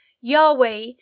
Yahweh